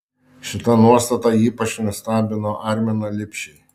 šita nuostata ypač nustebino arminą lipšį